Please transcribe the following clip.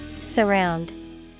Surround